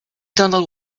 donald